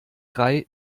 drei